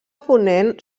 ponent